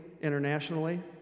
internationally